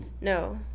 No